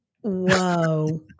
Whoa